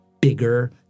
bigger